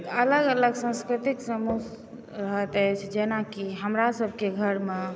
अलग अलग सांस्कृतिक समूह रहैत अछि जेनाकि हमरा सभके घरमे